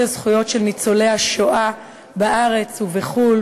הזכויות של ניצולי השואה בארץ ובחו"ל,